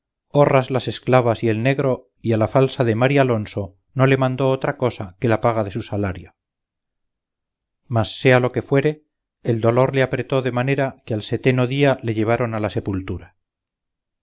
horras las esclavas y el negro y a la falsa de marialonso no le mandó otra cosa que la paga de su salario mas sea lo que fuere el dolor le apretó de manera que al seteno día le llevaron a la sepultura